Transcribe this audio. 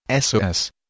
SOS